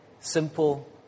simple